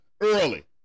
early